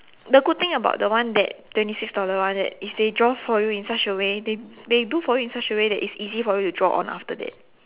the good thing about the one that twenty six dollar one that is they draw for you in such a way they they do for you in such a way that it's easy for you to draw on after that